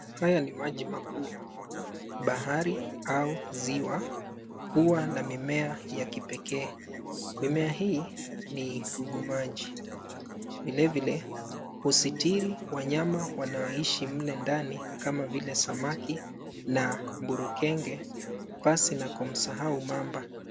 Haya ni maji makuu. Bahari au ziwa huwa na mimea ya kipekee. Mimea hii ni ugumaji, vile vile, husitiri wanyama wanaoishi mle ndani kama vile samaki na burukenge, pasi na kumsahau mamba.